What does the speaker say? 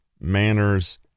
manners